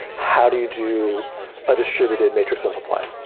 how do you do a distributed matrix multiply?